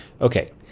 okay